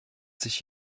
sich